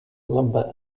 lumber